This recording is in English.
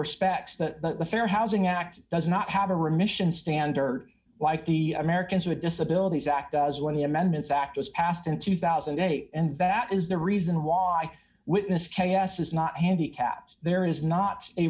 respects the fair housing act does not have a remission standard like the americans with disabilities act as one the amendments act was passed in two thousand and eight and that is the reason why witness k s is not handicapped there is not a